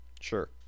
Sure